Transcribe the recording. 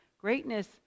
greatness